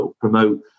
promote